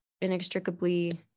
inextricably